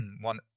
one